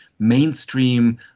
mainstream